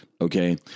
okay